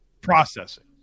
Processing